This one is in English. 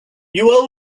you